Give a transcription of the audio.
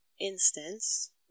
instance